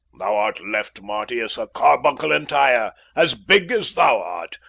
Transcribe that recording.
thou art left, marcius a carbuncle entire, as big as thou art,